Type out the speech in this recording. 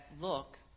look